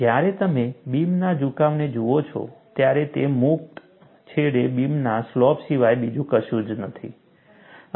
જ્યારે તમે બીમના ઝુકાવને જુઓ છો ત્યારે તે મુક્ત છેડે બીમના સ્લોપ સિવાય બીજું કશું જ નથી